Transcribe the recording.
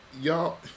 y'all